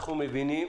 אנחנו מבינים